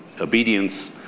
obedience